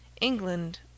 ENGLAND